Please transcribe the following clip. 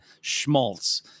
schmaltz